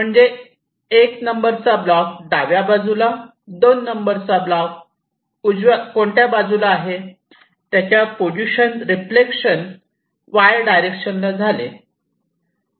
म्हणजे एक नंबर चा ब्लॉक डाव्या बाजूला दोन नंबरचा ब्लॉक कोणत्या बाजूला आहे त्यांच्या पोझिशन रिफ्लेक्शन वाय डायरेक्शन ला झाले